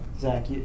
Zach